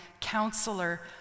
counselor